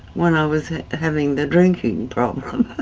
when i was having the drinking problem,